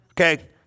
Okay